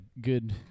good